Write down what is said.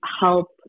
help